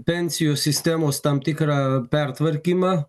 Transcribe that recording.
pensijų sistemos tam tikrą pertvarkymą